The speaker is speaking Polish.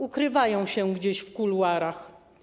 Ukrywają się gdzieś w kuluarach.